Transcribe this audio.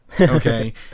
okay